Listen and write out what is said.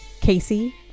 Casey